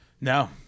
No